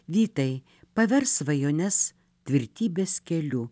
vytai paversk svajones tvirtybės keliu